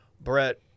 Brett